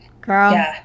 girl